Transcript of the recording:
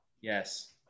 yes